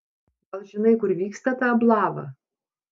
gal žinai kur vyksta ta ablava